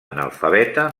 analfabeta